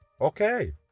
Okay